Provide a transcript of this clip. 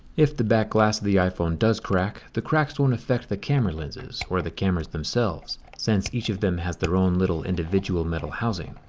if the back glass of the iphone does crack, cracks won't affect the camera lenses or the cameras themselves since each of them has their own little individual metal housing.